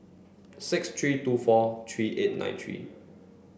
six three two four three eight nine three